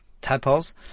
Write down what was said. tadpoles